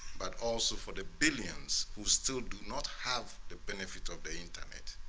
but also for the billions who still do not have the benefit of the internet.